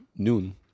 noon